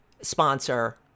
sponsor